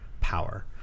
power